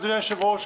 אדוני היושב-ראש,